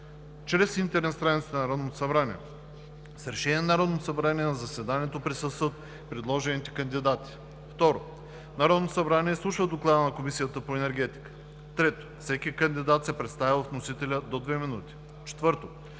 чрез интернет страницата на Народното събрание. С решение на Народното събрание на заседанието присъстват предложените кандидати. 2. Народното събрание изслушва доклада на Комисията по енергетика. 3. Всеки кандидат се представя от вносителя – до две минути. 4.